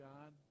God